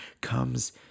comes